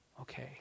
Okay